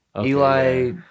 Eli